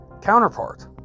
counterpart